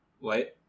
Wait